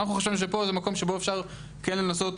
חשבנו שפה זה מקום שבו אפשר כן לנסות